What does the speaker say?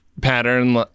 pattern